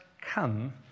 come